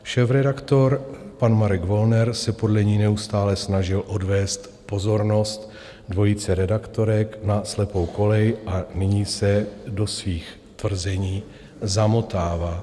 Šéfredaktor, pan Marek Wollner, se podle ní neustále snažil odvést pozornost dvojice redaktorek na slepou kolej a nyní se do svých tvrzení zamotává.